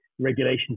regulation